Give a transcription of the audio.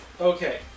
Okay